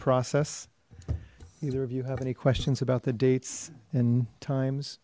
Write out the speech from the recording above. process either of you have any questions about the dates and times